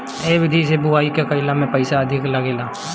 ए विधि के बोआई कईला में पईसा अधिका लागेला